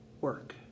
work